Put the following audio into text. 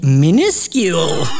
minuscule